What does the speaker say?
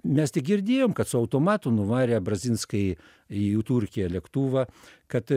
mes tik girdėjom kad su automatu nuvarė brazinskai į jų turkiją lėktuvą kad